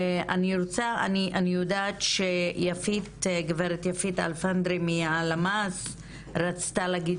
אני יודעת שגברת יפית אלפנדרי מהלמ"ס רצתה להגיד